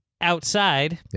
outside